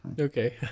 Okay